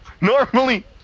Normally